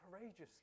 courageously